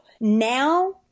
Now